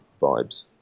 vibes